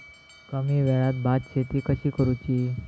कमी वेळात भात शेती कशी करुची?